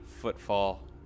footfall